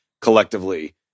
collectively